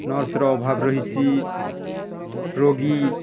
ନର୍ସର ଅଭାବ ରହିଛି ରୋଗୀ